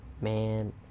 Man